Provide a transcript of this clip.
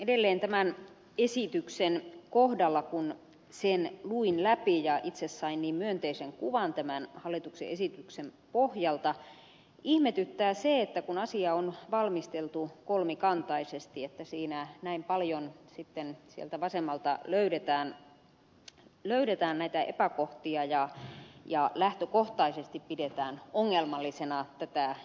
edelleen tämän esityksen kohdalla kun sen luin läpi ja itse sain niin myönteisen kuvan tämän hallituksen esityksen pohjalta ihmetyttää se että kun asia on valmisteltu kolmikantaisesti siinä näin paljon sitten sieltä vasemmalta löydetään näitä epäkohtia ja lähtökohtaisesti pidetään ongelmallisena tätä esitystä